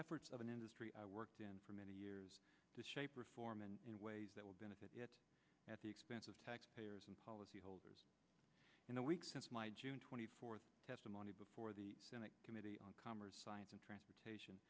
efforts of an industry i worked in for many years to shape or form and in ways that will benefit it at the expense of taxpayers and policyholders in the weeks since my june twenty fourth testimony before the senate committee on commerce science and transportation